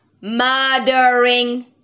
murdering